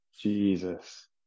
Jesus